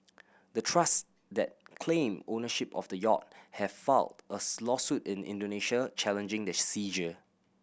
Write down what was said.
the trust that claim ownership of the yacht have filed a lawsuit in Indonesia challenging the seizure